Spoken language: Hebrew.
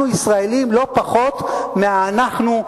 אנחנו ישראלים לא פחות מה"אנחנו"